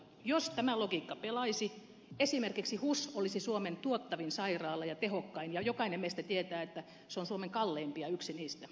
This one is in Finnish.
jos tämä logiikka pelaisi esimerkiksi hus olisi suomen tuottavin ja tehokkain sairaala mutta jokainen meistä tietää että se on suomen kalleimpia yksi niistä